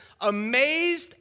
amazed